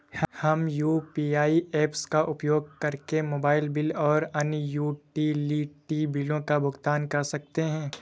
हम UPI apps का उपयोग करके मोबाइल बिल और अन्य यूटिलिटी बिलों का भुगतान कर सकते हैं